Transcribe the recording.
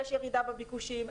יש ירידה בביקושים,